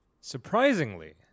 Surprisingly